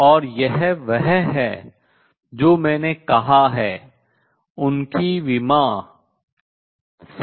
और यह वह है जो मैंने कहा है उनकी विमा समान है